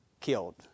killed